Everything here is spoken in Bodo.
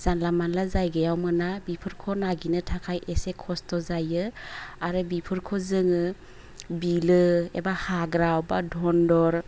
जानला मोनला जायगायाव मोना बेफोरखौ नागिरनो थाखाय एसे खस्थ' जायो आरो बिफोरखौ जोङो बिलो एबा हाग्रा एबा दन्दर